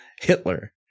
Hitler